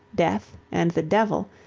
death and the devil,